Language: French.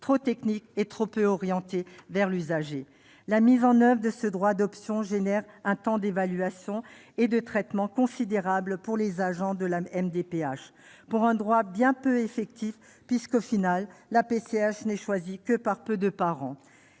trop technique et trop peu orienté vers l'usager. Sa mise en oeuvre entraîne un temps d'évaluation et de traitement considérable pour les agents de la MDPH, pour un droit bien peu effectif, puisque,, la PCH n'est choisie que par peu de parents.